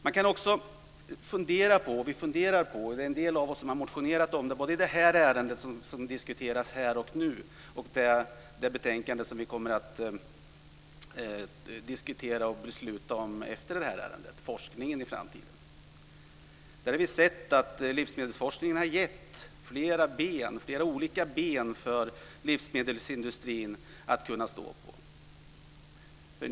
Man kan också fundera på - det är en del av oss som har motionerat om det, både i det ärende som diskuteras här och nu och det betänkande som vi kommer att diskutera och besluta om efter det här ärendet - forskningen i framtiden. Där har vi sett att livsmedelsforskningen har gett flera olika ben för livsmedelsindustrin att stå på.